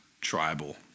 tribal